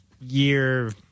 year